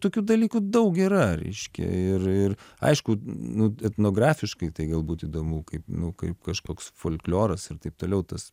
tokių dalykų daug yra reiškia ir ir aišku nu etnografiškai tai galbūt įdomu kaip nu kaip kažkoks folkloras ir taip toliau tas